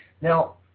Now